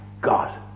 God